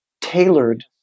tailored